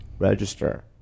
Register